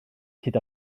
hyd